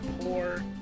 poor